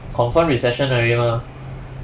confirm recession already mah